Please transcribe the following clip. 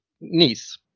niece